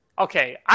Okay